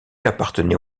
appartenait